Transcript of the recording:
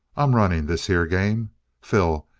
i'm running this here game phil,